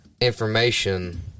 information